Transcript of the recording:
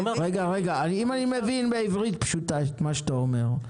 אני מבין בעברית פשוטה את מה שאתה אומר,